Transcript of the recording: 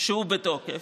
שהוא בתוקף,